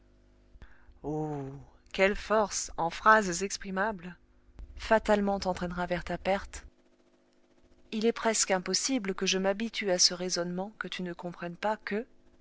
oh quelle force en phrases exprimables fatalement t'entraîna vers ta perte il est presque impossible que je m'habitue à ce raisonnement que tu ne comprennes pas que